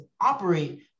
operate